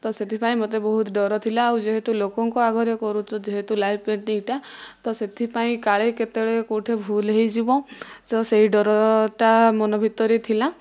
ତ ସେଥିପାଇଁ ମୋତେ ବହୁତ ଡର ଥିଲା ଆଉ ଯେହେତୁ ଲୋକଙ୍କ ଆଗରେ କରୁଛୁ ଯେହେତୁ ଲାଇଭ୍ ପେଣ୍ଟିଙ୍ଗ୍ଟା ତ ସେଥିପାଇଁ କାଳେ କେତେବେଳେ କେଉଁଠି ଭୁଲ ହୋଇଯିବ ତ ସେହି ଡରଟା ମନ ଭିତରେ ଥିଲା